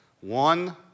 One